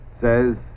says